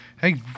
hey